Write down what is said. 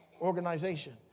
organization